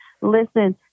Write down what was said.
Listen